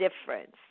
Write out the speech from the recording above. difference